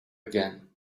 again